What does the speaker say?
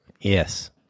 Yes